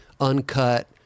uncut